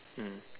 mm